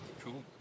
cool